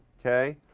okay.